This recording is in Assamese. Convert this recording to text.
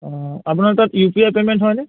অঁ আপোনাৰ তাত ইউ পি আই পে'মেণ্ট হয়নে